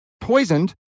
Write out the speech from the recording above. poisoned